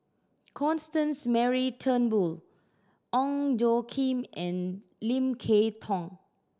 Constance Mary Turnbull Ong Tjoe Kim and Lim Kay Tong